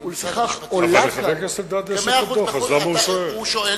אבל לחבר הכנסת אלדד יש הדוח, אז למה הוא שואל?